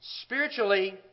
spiritually